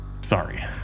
Sorry